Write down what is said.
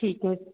ਠੀਕ ਹੈ